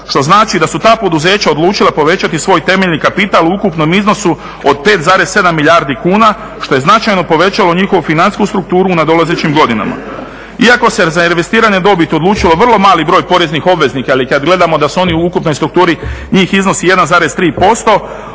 što znači da su ta poduzeća odlučila povećati svoj temeljni kapital u ukupnom iznosu od 5,7 milijardi kuna što je značajno povećalo njihovu financijsku strukturu u nadolazećim godinama. Iako se za reinvestiranu dobit odlučio vrlo mali broj poreznih obveznika ili kad gledamo da su oni u ukupnoj strukturi njih iznosi 1,3%,